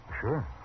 Sure